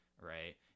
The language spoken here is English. right